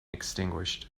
extinguished